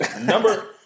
Number